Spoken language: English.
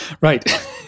Right